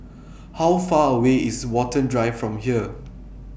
How Far away IS Watten Drive from here